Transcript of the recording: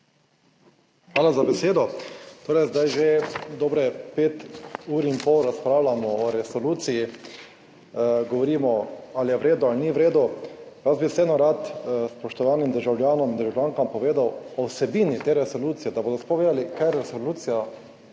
Hvala za besedo. Torej, zdaj že dobrih pet ur in pol razpravljamo o resoluciji, govorimo ali je v redu ali ni v redu. Jaz bi vseeno rad spoštovanim državljanom in državljankam povedal o vsebini te resolucije, da bodo vedeli, kaj je resolucija,